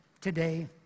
today